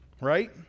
right